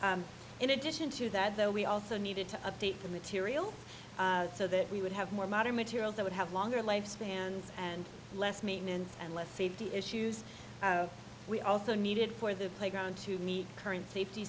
in addition to that though we also needed to update the material so that we would have more modern materials that would have longer lifespans and less maintenance and less safety issues we also needed for the playground to meet current safety